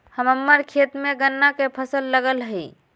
हम्मर खेत में गन्ना के फसल लगल हई